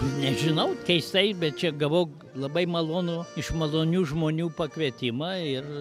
nežinau keistai bet čia gavau labai malonų iš malonių žmonių pakvietimą ir